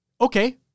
Okay